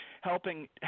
helping